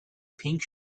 pink